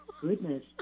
goodness